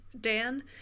Dan